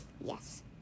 Yes